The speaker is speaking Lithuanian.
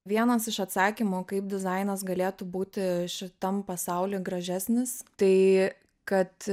vienas iš atsakymų kaip dizainas galėtų būti šitam pasauly gražesnis tai kad